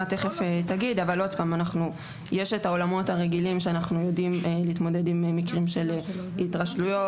יש את העולמות הרגילים שאנחנו יודעים להתמודד עם מקרים של התרשלויות.